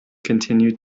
continued